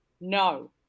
No